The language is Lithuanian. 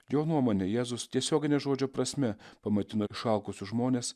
jo nuomone jėzus tiesiogine žodžio prasme pamaitino išalkusius žmones